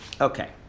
Okay